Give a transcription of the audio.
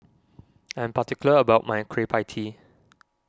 I am particular about my Kueh Pie Tee